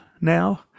now